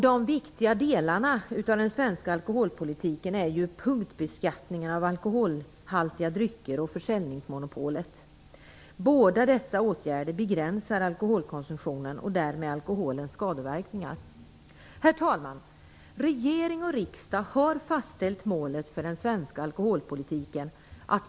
De viktigaste delarna i den svenska alkoholpolitiken är ju punktbeskattningen av alkoholhaltiga drycker och försäljningsmonopolet. Båda dessa åtgärder begränsar alkoholkonsumtionen och därmed alkoholens skadeverkningar. Herr talman! Regering och riksdag har fastställt målet för den svenska alkoholpolitiken.